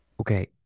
Okay